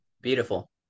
Beautiful